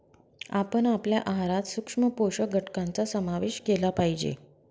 आपण आपल्या आहारात सूक्ष्म पोषक घटकांचा समावेश केला पाहिजे